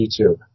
YouTube